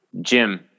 Jim